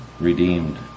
Redeemed